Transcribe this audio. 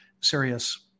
serious